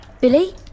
Billy